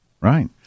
right